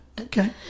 Okay